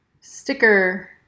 sticker